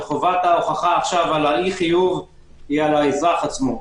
וחובת ההוכחה עכשיו על אי החיוב היא על האזרח עצמו.